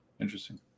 Interesting